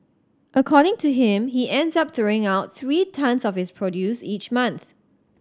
according to him he ends up throwing out three tonnes of his produce each month